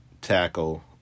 tackle